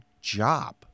job